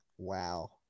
Wow